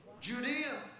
Judea